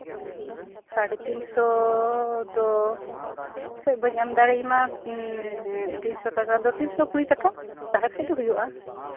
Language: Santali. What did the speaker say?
ᱥᱟᱲᱮ ᱛᱤᱱᱥᱚ ᱫᱚ ᱯᱟᱥᱮᱪ ᱵᱟᱹᱧ ᱮᱢ ᱫᱟᱲᱮᱭᱟᱢᱟ ᱛᱤᱱᱥᱚ ᱫᱚ ᱛᱤᱱᱥᱚ ᱠᱩᱲᱤ ᱴᱟᱠᱟ ᱛᱟᱦᱞᱮ ᱠᱷᱟᱡ ᱫᱚ ᱦᱩᱭᱩᱜᱼᱟ